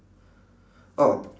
oh